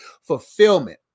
fulfillment